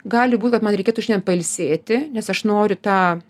gali būt kad man reikėtų šiandien pailsėti nes aš noriu t